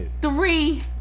Three